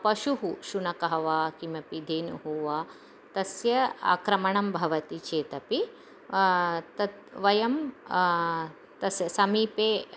पशुः शुनकः वा किमपि धेनुः वा तस्य आक्रमणं भवति चेतपि तत् वयं तस्य समीपे